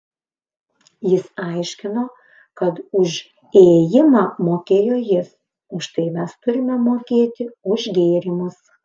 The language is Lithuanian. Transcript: jis aiškino kad už įėjimą mokėjo jis už tai mes turime mokėti už gėrimus